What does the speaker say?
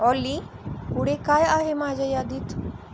ऑली पुढे काय आहे माझ्या यादीत